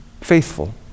faithful